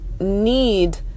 need